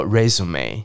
Resume